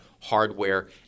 hardware